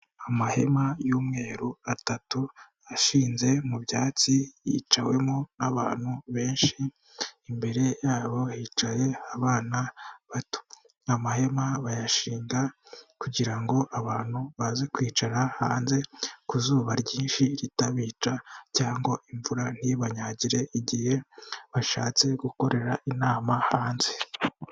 Amahema y'umweru atatu ashinze mu byatsi yiciwemo n'abantu benshi, imbere yabo hicaye abana bato, amahema bayashinga kugira ngo abantu baze kwicara hanze ku zuba ryinshi ritabica cyangwa imvura ntibanyagire igihe bashatse gukorera inama hanze.